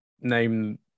name